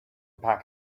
pack